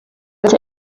that